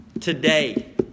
Today